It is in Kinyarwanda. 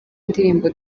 indirimbo